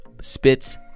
spits